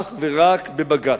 אך ורק בבג"ץ,